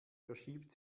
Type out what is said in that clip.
verschiebt